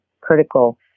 critical